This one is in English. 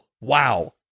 Wow